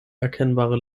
erkennbare